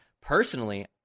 Personally